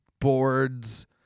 boards